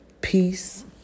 Peace